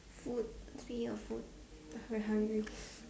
food speaking of food uh very hungry